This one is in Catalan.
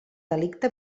delicte